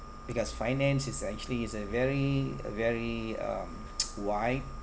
because finance is actually it's a very a very um wide